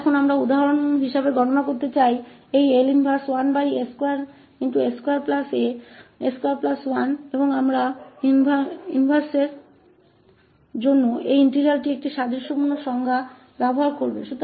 और अब हम उदाहरण के लिए गणना करना चाहते हैं यह L उलटा 1ss21 हैऔर हम इनवर्स के लिए इस इंटीग्रल की इस समान परिभाषा का उपयोग करेंगे